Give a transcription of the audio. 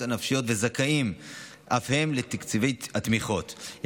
הנפשיות וזכאים אף הם לתקציבי התמיכות.